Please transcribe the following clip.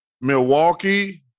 Milwaukee